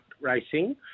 Racing